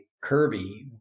Kirby